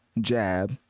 jab